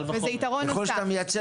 וזה יתרון נוסף.